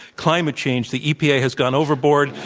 climate change the epa has gone overboard,